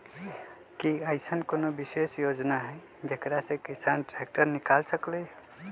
कि अईसन कोनो विशेष योजना हई जेकरा से किसान ट्रैक्टर निकाल सकलई ह?